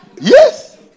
yes